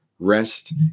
rest